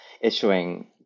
issuing